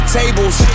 tables